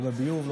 לא בביוב,